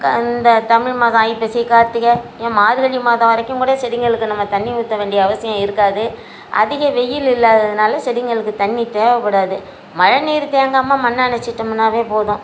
இந்த தமிழ் மாதம் ஐப்பசி கார்த்திகை ஏன் மார்கழி மாதம் வரைக்கும் கூட செடிகளுக்கு நம்ம தண்ணி ஊற்ற வேண்டிய அவசியம் இருக்காது அதிக வெயில் இல்லாததுனால் செடிகளுக்கு தண்ணி தேவைப்படாது மழை நீர் தேங்காமல் மண்ணை அணைச்சிட்டோம்னாவே போதும்